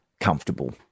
comfortable